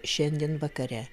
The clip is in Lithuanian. šiandien vakare